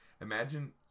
imagine